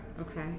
Okay